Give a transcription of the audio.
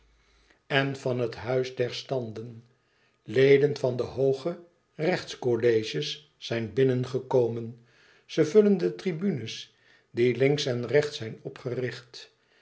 en van het huis der standen leden van hooge rechtscolleges zijn binnengekomen ze vullen de tribunes die links en rechts zijn opgericht